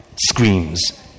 screams